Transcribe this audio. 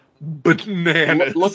bananas